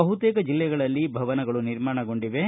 ಬಹುತೇಕ ಜಿಲ್ಲೆಗಳಲ್ಲಿ ಭವನಗಳು ನಿರ್ಮಾಣಗೊಂಡಿವೆ